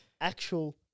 actual